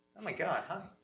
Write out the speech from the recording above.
oh my god, how